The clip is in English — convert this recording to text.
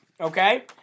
okay